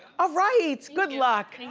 ah right, good luck.